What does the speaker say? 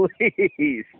Please